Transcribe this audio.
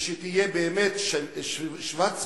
ושהיא תהיה באמת שוות-זכויות.